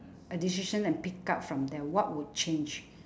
a decision and pick up from there what would change